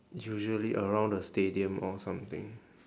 usually around the stadium or something